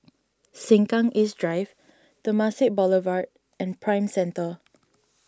Sengkang East Drive Temasek Boulevard and Prime Centre